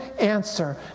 answer